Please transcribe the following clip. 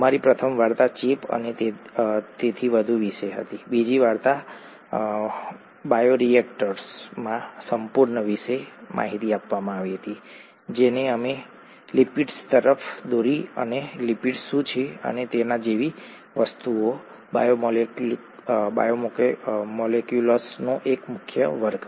અમારી પ્રથમ વાર્તા ચેપ અને તેથી વધુ વિશે હતી બીજી વાર્તા બાયોરેએક્ટર્સમાં સંપૂર્ણ વિશે હતી જેણે અમને લિપિડ્સ તરફ દોરી અને લિપિડ્સ શું છે અને તેના જેવી વસ્તુઓ બાયોમોલેક્યુલ્સનો એક મુખ્ય વર્ગ